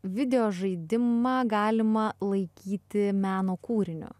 video žaidimą galima laikyti meno kūriniu